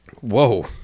whoa